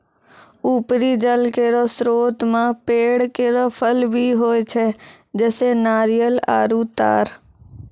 उपरी जल केरो स्रोत म पेड़ केरो फल भी होय छै, जैसें नारियल आरु तार